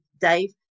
Dave